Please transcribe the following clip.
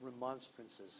remonstrances